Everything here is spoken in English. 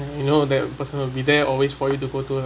you know that person will be there always for you to go to